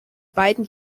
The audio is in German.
beiden